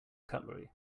cutlery